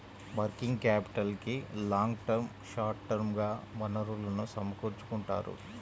working క్యాపిటల్కి long term, short term గా వనరులను సమకూర్చుకుంటారు